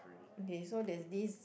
okay so there's this